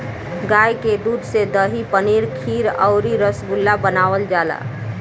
गाय के दूध से दही, पनीर खीर अउरी रसगुल्ला बनावल जाला